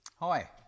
Hi